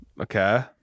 Okay